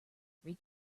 three